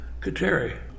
Kateri